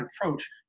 approach